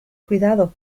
cuidado